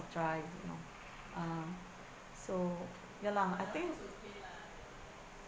drive you know uh so ya lah I think